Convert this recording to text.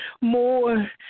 more